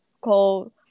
called